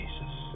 Jesus